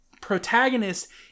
protagonist